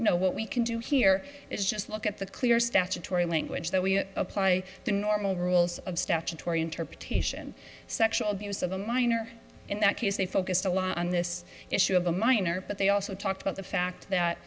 said no what we can do here is just look at the clear statutory language that we apply the normal rules of statutory interpretation sexual abuse of a minor in that case they focused a lot on this issue of the minor but they also talked about the fact that